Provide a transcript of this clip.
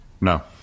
No